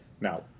Now